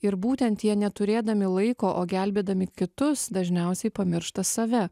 ir būtent jie neturėdami laiko o gelbėdami kitus dažniausiai pamiršta save